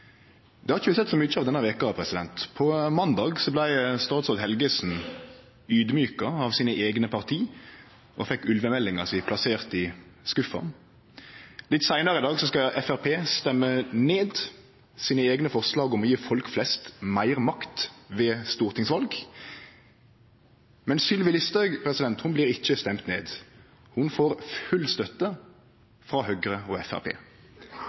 Det har vi ikkje sett så mykje av denne veka. På måndag vart statsråd Helgesen audmjuka av sine eigne parti og fekk ulvemeldinga si plassert i skuffa. Litt seinare i dag skal Framstegspartiet stemme ned sine eigne forslag om å gje folk flest meir makt ved stortingsval, men Sylvi Listhaug blir ikkje stemt ned. Ho får full støtte frå Høgre og